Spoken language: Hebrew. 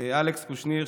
אלכס קושניר,